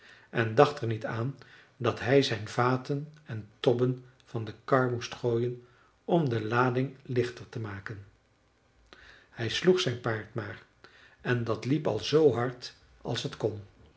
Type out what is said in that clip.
en dacht er niet aan dat hij zijn vaten en tobben van de kar moest gooien om de lading lichter te maken hij sloeg zijn paard maar en dat liep al zoo hard als het kon